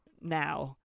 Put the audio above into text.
now